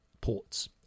ports